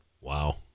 Wow